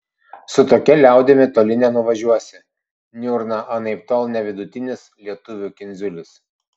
su tokia liaudimi toli nenuvažiuosi niurna anaiptol ne vidutinis lietuvių kindziulis